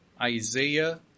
Isaiah